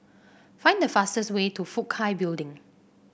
find the fastest way to Fook Hai Building